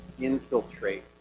infiltrate